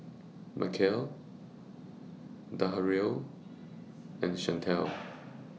Mykel Darrell and Shantell